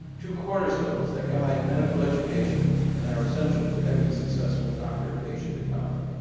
two cornerstones that guide medical education and are essential to every successful doctor-patient encounter.